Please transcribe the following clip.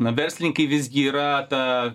verslininkai visgi yra ta